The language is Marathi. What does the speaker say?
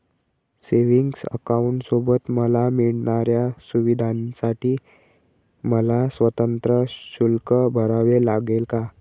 सेविंग्स अकाउंटसोबत मला मिळणाऱ्या सुविधांसाठी मला स्वतंत्र शुल्क भरावे लागेल का?